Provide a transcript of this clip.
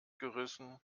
gerissen